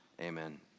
Amen